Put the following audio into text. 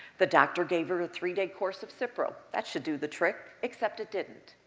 the doctor gave her a three-day course of so cipro that should do the trick. except it didn't.